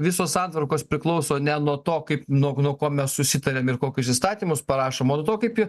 visos santvarkos priklauso ne nuo to kaip nuo nuo ko mes susitariam ir kokius įstatymus parašom o nuo to kaip